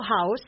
House